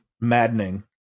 maddening